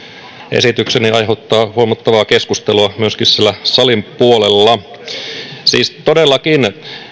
esitykseni aiheuttaa huomattavaa keskustelua myöskin siellä salin puolella siis todellakin